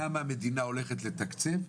כמה המדינה הולכת לתקצב.